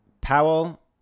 Powell